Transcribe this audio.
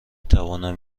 توانم